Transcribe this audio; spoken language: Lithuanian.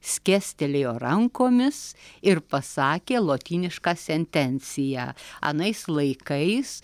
skėstelėjo rankomis ir pasakė lotynišką sentenciją anais laikais